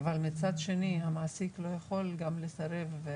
אבל מצד שני המעסיק לא יכול גם לסרב.